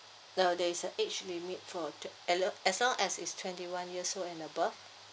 uh there is a age limit for twe~ alo~ as long as is twenty one years old and above